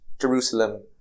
jerusalem